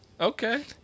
Okay